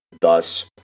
thus